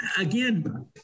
again